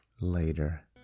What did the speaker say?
later